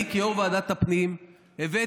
אני כיו"ר ועדת הפנים הבאתי,